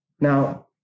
Now